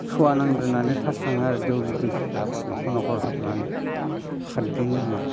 सुवा नांदो होननानै थास्राङो आरो दौरि दौसिफ्रा न'खर न'खर हाबनानै सातदिननि उनाव